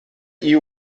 you